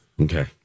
Okay